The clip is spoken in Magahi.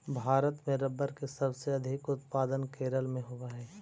भारत में रबर के सबसे अधिक उत्पादन केरल में होवऽ हइ